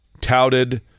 touted